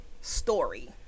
story